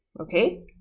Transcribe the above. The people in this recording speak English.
Okay